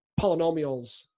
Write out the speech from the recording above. polynomials